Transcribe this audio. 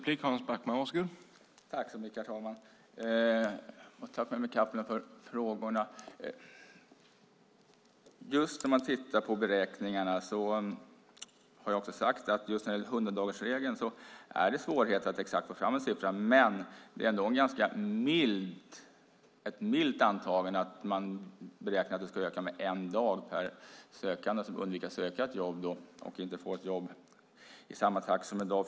Herr talman! Jag tackar Mehmet Kaplan för frågorna. När man tittar på beräkningarna är det svårigheter att få fram en exakt siffra när det gäller 100-dagarsregeln. Det är ändå ett ganska milt antagande att arbetslösheten ökar med en dag för sökande som undviker att söka jobb och inte får ett jobb i samma trakt som i dag.